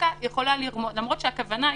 דווקא יכולה לרמוז --- למרות שהכוונה היתה,